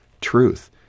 truth